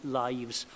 lives